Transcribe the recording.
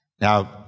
Now